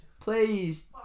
Please